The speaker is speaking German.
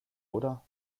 oder